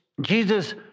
Jesus